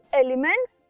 elements